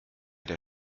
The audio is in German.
der